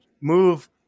move